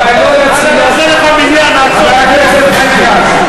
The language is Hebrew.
(קוראת בשמות חברי הכנסת)